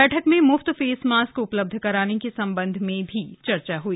बैठक में म्फ्त फेस मास्क उपलब्ध कराने के सम्बन्ध में भी चर्चा हुई